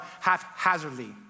haphazardly